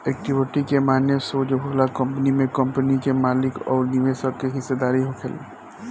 equity के माने सोज होला कंपनी में कंपनी के मालिक अउर निवेशक के हिस्सेदारी होखल